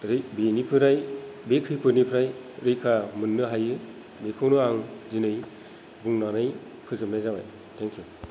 बे खैफोदनिफ्राय रैखा मोन्नो हायो बेखौनो आं दिनै बुंनानै फोजोबनाय जाबाय थेंकिउ